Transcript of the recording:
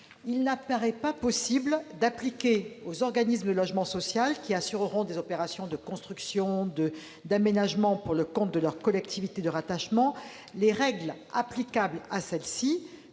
Il n'apparaît pas comme possible d'appliquer aux organismes de logement social qui assureront des opérations de construction ou d'aménagement pour le compte de leur collectivité de rattachement les règles applicables à celle-ci,